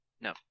No